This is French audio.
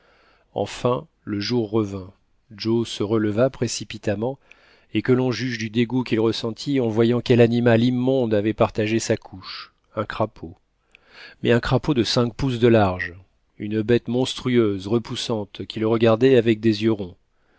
enfin le jour revint joe se releva précipitamment et que l'on juge du dégoût qu'il ressentit en voyant quel animal immonde avait partagé sa couche un crapaud mais un crapaud de cinq pouces de large une bête monstrueuse repoussante qui le regardait avec des yeux ronds